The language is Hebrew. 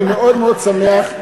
אני מאוד מאוד שמח,